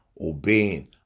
obeying